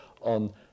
on